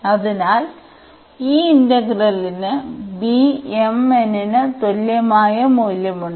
അതിനാൽ ഈ ഇന്റഗ്രലിന് ന് തുല്യമായ മൂല്യമുണ്ട്